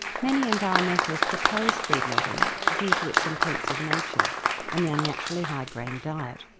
many environmentalists oppose feed-lotting due to its intensive nature and the unnaturally high grain diet.